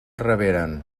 reberen